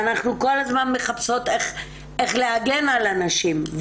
אנחנו כל הזמן מחפשים איך להגן על הנשים.